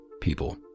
people